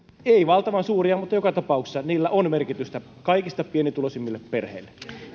ei valtavan suuria mutta joka tapauksessa niillä on merkitystä kaikista pienituloisimmille perheille